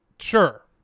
sure